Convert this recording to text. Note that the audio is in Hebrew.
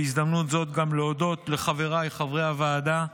בהזדמנות זאת גם להודות לחבריי חברי הוועדה,